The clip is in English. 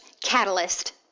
catalyst